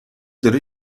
داره